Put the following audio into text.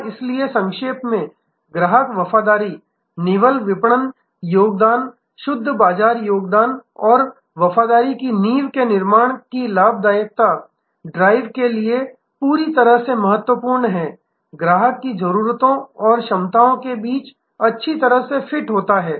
और इसलिए संक्षेप में ग्राहक वफादारी निवल विपणन योगदान शुद्ध बाजार योगदान और वफादारी की नींव के निर्माण की लाभप्रदता ड्राइव के लिए पूरी तरह से महत्वपूर्ण है ग्राहक की जरूरतों और क्षमताओं के बीच अच्छी तरह से फिट होता है